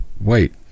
wait